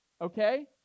okay